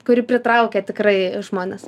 kuri pritraukia tikrai žmones